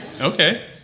Okay